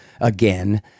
again